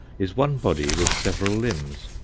is one body with several limbs,